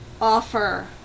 offer